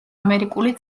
ამერიკული